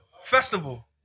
festival